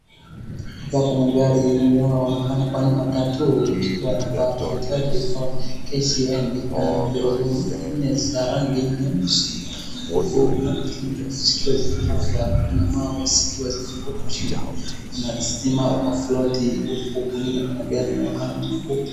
Hapa kuna gari inayoonekana kuwa ni matatu ikiwa nambake 34 KCN ikiwa na magurudumu nne za rangi nyeusi huku kuna miti mle zikiwa zimepangwa na mawe zikiwa zimeekwa huku chini, kuna stima kwa ploti huku kwingine kuna gari inayoonekana.